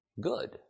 Good